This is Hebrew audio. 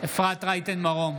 אפרת רייטן מרום,